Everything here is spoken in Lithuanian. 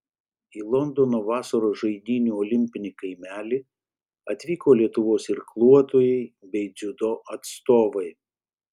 į londono vasaros žaidynių olimpinį kaimelį atvyko lietuvos irkluotojai bei dziudo atstovai